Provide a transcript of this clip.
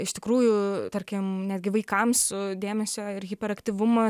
iš tikrųjų tarkim netgi vaikams su dėmesio ir hiperaktyvumo